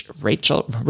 Rachel